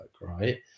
right